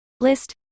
List